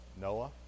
Noah